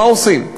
מה עושים?